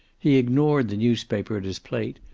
he ignored the newspaper at his plate,